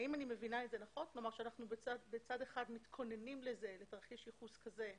האם אני מבינה נכון שמצד אחד אנחנו מתכוננים לתרחיש ייחוס כזה,